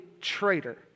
traitor